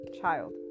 child